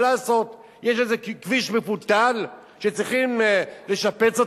מה לעשות, יש איזה כביש מפותל, שצריכים לשפץ אותו,